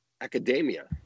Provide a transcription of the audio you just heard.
academia